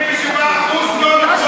87% לא נכון.